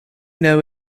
know